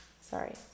Sorry